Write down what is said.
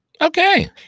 Okay